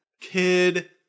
kid